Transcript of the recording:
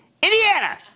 Indiana